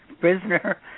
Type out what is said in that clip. prisoner